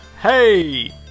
hey